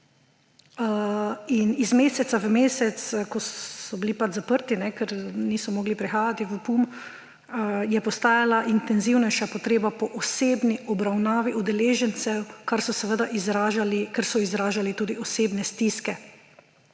Iz meseca v mesec, ko so bili pač zaprti, ker niso mogli prihajati v PUM-O, je postajala intenzivnejša potreba po osebni obravnavi udeležencev, kar so seveda izražali, ker so